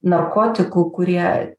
narkotikų kurie